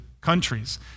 countries